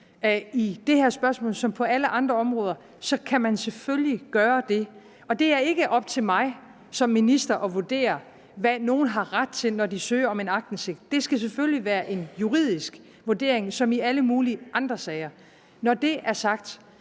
i det her spørgsmål, som på alle andre områder, kan man selvfølgelig gøre det. Det er ikke op til mig som minister at vurdere, hvad nogle har ret til, når de søger om en aktindsigt. Det skal selvfølgelig være en juridisk vurdering, sådan som det er i alle mulige andre sager. Når det er sagt,